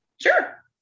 Sure